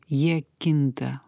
jie kinta